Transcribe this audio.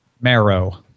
Marrow